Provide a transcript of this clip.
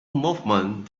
movement